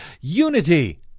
unity